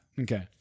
Okay